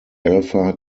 alpha